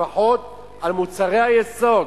לפחות על מוצרי היסוד,